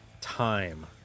time